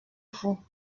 vous